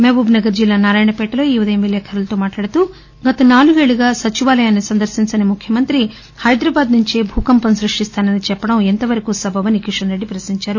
మహబూబ్నగర్ జిల్లా నారాయణపేటలో ఈ ఉదయం విలేఖరులతో మాట్లాడుతూ గత నాలుగేళ్ళుగా సచివాలయం సందర్శించని ముఖ్యమంత్రి హైదరాబాద్ నుండే భూకంపం సృష్టిస్తానని చెప్పడం ఎంతవరకు సబబు అని కిషన్ రెడ్డి ప్రశ్నించారు